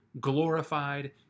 glorified